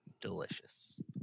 delicious